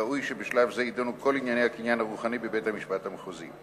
וכי ראוי שבשלב זה יידונו כל ענייני הקניין הרוחני בבית-המשפט המחוזי.